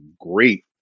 great